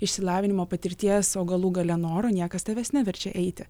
išsilavinimo patirties o galų gale noro niekas tavęs neverčia eiti